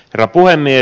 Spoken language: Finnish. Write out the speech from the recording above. herra puhemies